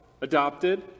adopted